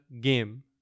game